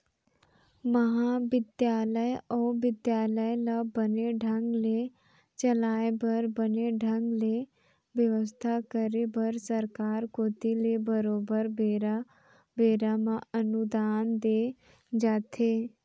महाबिद्यालय अउ बिद्यालय ल बने ढंग ले चलाय बर बने ढंग ले बेवस्था करे बर सरकार कोती ले बरोबर बेरा बेरा म अनुदान दे जाथे